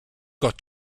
got